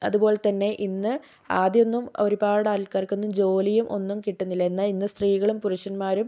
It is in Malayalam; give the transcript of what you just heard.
അതുപോലെത്തന്നെ ഇന്ന് ആദ്യമൊന്നും ഒരുപാട് ആൾക്കാർക്കൊന്നും ജോലിയും ഒന്നും കിട്ടുന്നില്ല എന്നാൽ ഇന്ന് സ്ത്രീകളും പുരുഷന്മാരും